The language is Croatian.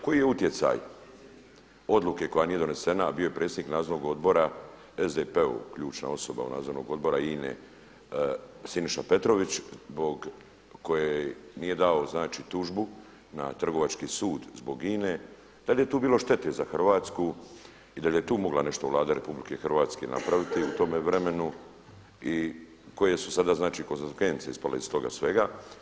Koji je utjecaj odluke koja nije donesena, a bio je predsjednik nadzornog odbora SDP-ova ključna osoba Nadzornog odbora INA-e Siniša Petrović koji nije dao tužbu na Trgovački sud zbog INA-e da li je tu bilo štete za Hrvatsku i da li je tu mogla nešto Vlada RH napraviti u tome vremenu i koje su sada konsekvence ispale iz toga svega?